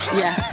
yeah,